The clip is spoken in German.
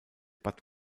bad